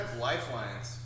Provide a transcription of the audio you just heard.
lifelines